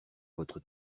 votre